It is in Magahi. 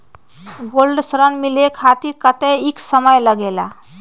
गोल्ड ऋण मिले खातीर कतेइक समय लगेला?